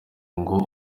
ngo